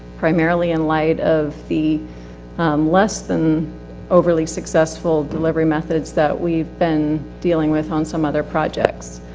primarily in light of the less than overly successful delivery methods that we've been dealing with on some other projects.